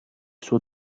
suo